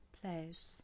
place